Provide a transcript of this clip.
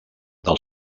del